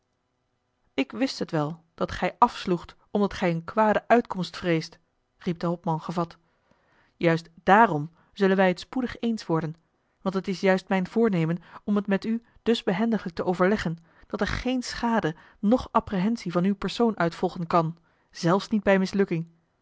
ik wist het wel dat gij afsloegt omdat gij eene kwade uitkomst vreest riep de hopman gevat juist daarom zullen wij het spoedig eens worden want het is juist mijn voornemen om het met u dus brhendiglijk te overleggen dat er geene schade noch apprehensie van uw persoon uit volgen kan zelfs niet bij mislukking